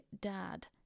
dad